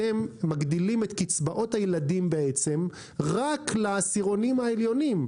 אתם מגדילים את קצבאות הילדים בעצם רק לעשירונים העליונים.